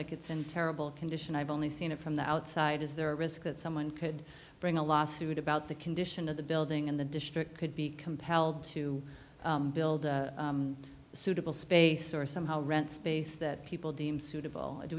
like it's in terrible condition i've only seen it from the outside is there a risk that someone could bring a lawsuit about the condition of the building in the district could be compelled to build a suitable space or somehow rent space that people deemed suitable do